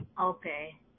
Okay